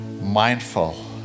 mindful